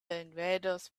invaders